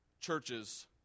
churches